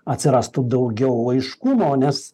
atsirastų daugiau aiškumo nes